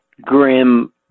grim